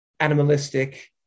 animalistic